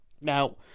Now